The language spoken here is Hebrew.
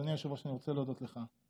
אדוני יושב-ראש, אני רוצה להודות לך.